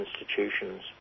institutions